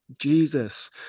Jesus